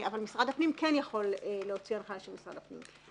אבל משרד הפנים כן יכול להוציא הנחיה של משרד הפנים.